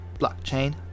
Blockchain